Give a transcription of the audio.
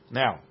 now